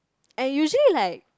and usually like